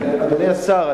אדוני השר,